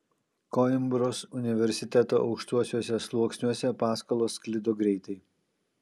koimbros universiteto aukštuosiuose sluoksniuose paskalos sklido greitai